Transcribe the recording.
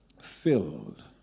filled